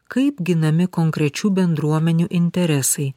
kaip ginami konkrečių bendruomenių interesai